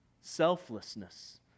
selflessness